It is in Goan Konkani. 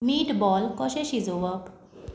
मीट बॉल कशें शिजोवप